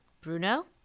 Bruno